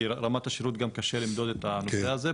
כי רמת השירות גם קשה למדוד את הנושא הזה.